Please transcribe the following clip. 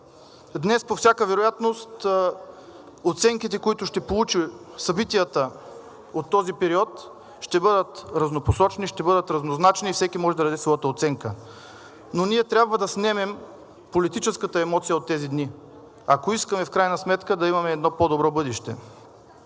Днес по всяка вероятност оценките, които ще получат събитията от този период, ще бъдат разнопосочни, ще бъдат разнозначни и всеки може да даде своята оценка, но ние трябва да снемем политическата емоция от тези дни, ако искаме в крайна сметка да имаме едно по-добро бъдеще.